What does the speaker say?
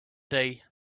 day